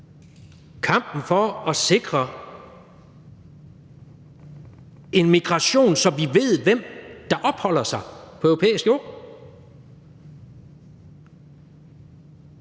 kampen for at sikre en migration, så vi ved, hvem der opholder sig på europæisk jord.